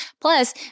Plus